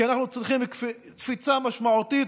כי אנחנו צריכים קפיצה משמעותית.